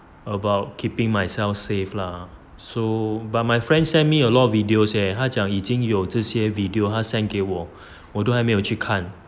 about keeping myself safe lah so but my friend send me a lot of videos leh 他讲已经有这些 video 他 send 给我我都还没有去看